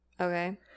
okay